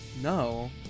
no